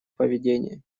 поведение